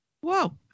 Whoa